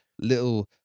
little